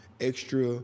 extra